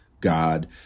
God